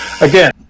Again